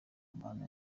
mana